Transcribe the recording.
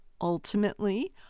ultimately